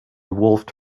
wolfed